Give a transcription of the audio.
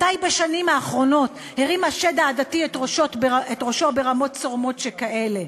מתי בשנים האחרונות הרים השד העדתי את ראשו ברמות צורמות שכאלה,